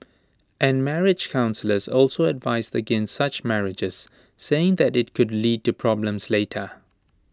and marriage counsellors also advise against such marriages saying that IT could lead to problems later